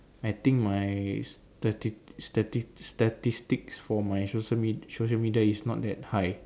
I think my statis~ statis~ statistics for my social med~ social media is not that high